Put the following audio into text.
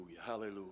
hallelujah